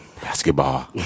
Basketball